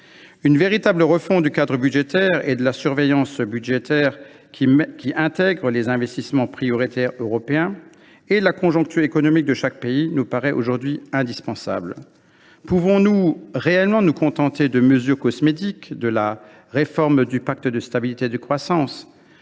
Une véritable refonte du cadre et de la surveillance budgétaires, qui inclurait les investissements prioritaires européens et permettrait de tenir compte de la conjoncture économique de chaque pays, nous paraît aujourd’hui indispensable. Pouvons nous réellement nous contenter des mesures cosmétiques de la réforme du pacte de stabilité et de croissance ?